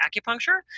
acupuncture